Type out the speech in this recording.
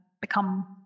become